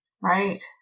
Right